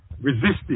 resisted